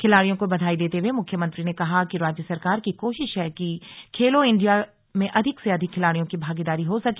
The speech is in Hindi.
खिलाड़ियों को बधाई देते हुए मुख्यमंत्री ने कहा कि राज्य सरकार की कोशिश है कि खेलों इंडिया में अधिक से अधिक खिलाड़ियों की भागीदारी हो सके